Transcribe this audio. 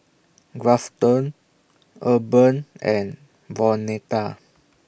Grafton Urban and Vonetta